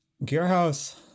Gearhouse